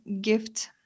gift